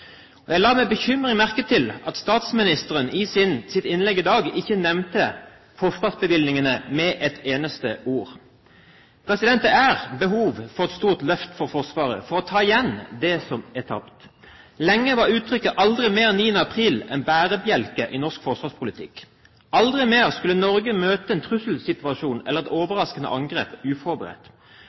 gjennomført. Jeg la med bekymring merke til at statsministeren i sitt innlegg i dag ikke nevnte forsvarsbevilgningene med et eneste ord. Det er behov for et stort løft for Forsvaret for å ta igjen det som er tapt. Lenge var uttrykket «Aldri mer 9. april» en bærebjelke i norsk forsvarspolitikk. Aldri mer skulle Norge møte en trusselsituasjon eller et overraskende angrep uforberedt,